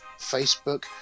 facebook